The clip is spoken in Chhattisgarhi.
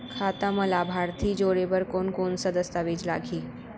खाता म लाभार्थी जोड़े बर कोन कोन स दस्तावेज लागही?